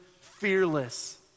fearless